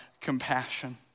compassion